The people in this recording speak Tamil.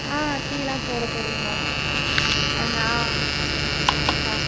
ஆ டீயெலாம் போட தெரியும் மேம் ஆ நான் ஆ